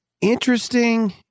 Interesting